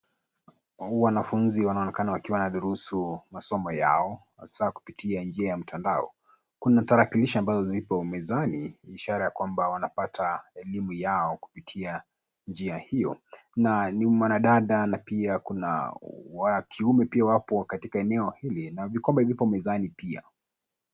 Wanafunzi wanaonekana wakiwa wanadurusu masomo yao hasa kupitia njia ya mtandaono. Kuna tarakilishi ambazo zipo mezani ishara kwamba wanapata elimu yao kupita njia hiyo na ni mwanadada na pia wa kiume pia wapo katika eneo hili vikombe vipo mezani pia.